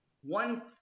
one